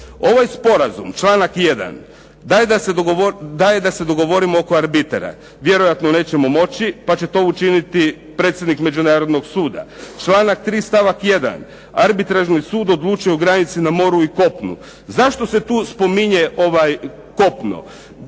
Ovaj sporazum članak 1. daj da se dogovorimo oko arbitara. Vjerojatno nećemo moći pa će to učiniti predsjednik Međunarodnog suda. Članak 3. stavak 1. Arbitražni sud odlučuje o granici na moru i kopnu. Zašto se tu spominje kopno?